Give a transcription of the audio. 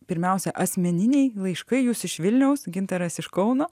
pirmiausia asmeniniai laiškai jūs iš vilniaus gintaras iš kauno